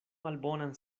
malbonan